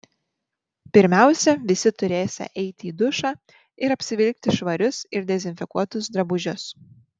pirmiausia visi turėsią eiti į dušą ir apsivilkti švarius ir dezinfekuotus drabužius